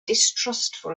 distrustful